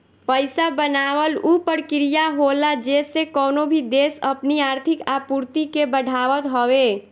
पईसा बनावल उ प्रक्रिया होला जेसे कवनो भी देस अपनी आर्थिक आपूर्ति के बढ़ावत हवे